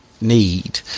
need